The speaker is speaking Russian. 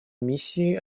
миссией